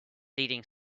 leading